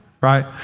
right